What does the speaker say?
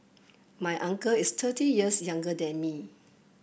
my uncle is thirty years younger than me